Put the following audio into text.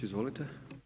Izvolite.